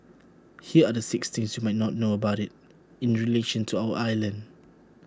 here are the six things you might not know about IT in relation to our island